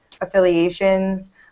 affiliations